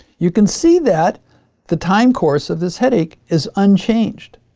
you can see that the time course of this headache is unchanged.